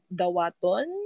dawaton